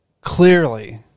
Clearly